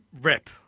rep